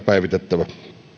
päivitettävä